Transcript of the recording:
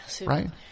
Right